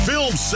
film